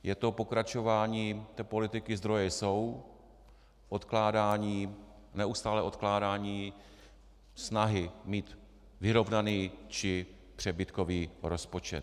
Je to pokračování politiky zdroje jsou, odkládání, neustálé odkládání snahy mít vyrovnaný či přebytkový rozpočet.